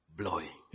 blowing